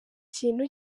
kintu